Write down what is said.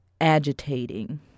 agitating